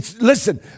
Listen